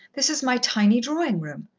this is my tiny drawing-room.